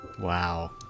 Wow